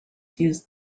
use